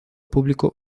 público